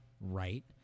Right